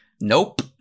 Nope